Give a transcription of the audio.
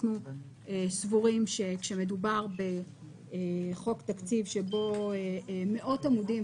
אנחנו סבורים שכאשר מדובר בחוק תקציב שבו מאות עמודים,